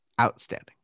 Outstanding